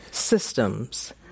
Systems